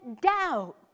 doubt